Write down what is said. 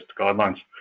guidelines